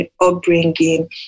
upbringing